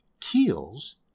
keels